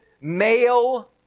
male